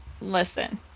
Listen